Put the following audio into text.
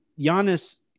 Giannis